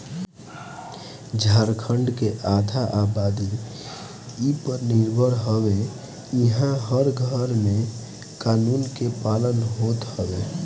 झारखण्ड के आधा आबादी इ पर निर्भर हवे इहां हर घरे में कोकून के पालन होत हवे